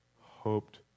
Hoped